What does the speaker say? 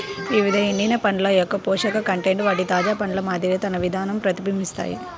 వివిధ ఎండిన పండ్ల యొక్కపోషక కంటెంట్ వాటి తాజా పండ్ల మాదిరి తన విధాన ప్రతిబింబిస్తాయి